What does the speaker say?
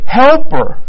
helper